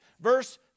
Verse